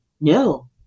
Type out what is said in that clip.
no